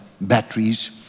batteries